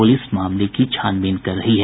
police मामले की छानबीन कर रही है